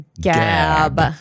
Gab